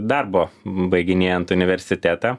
darbo baiginėjant universitetą